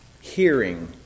hearing